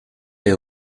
der